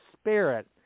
Spirit